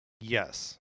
Yes